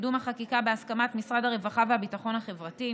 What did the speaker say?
קידום החקיקה בהסכמת משרד הרווחה והביטחון החברתי,